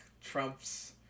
Trump's